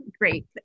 Great